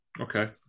Okay